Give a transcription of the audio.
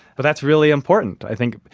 but that's really important, i think,